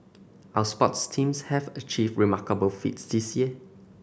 our sports teams have achieved remarkable feats this year